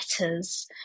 letters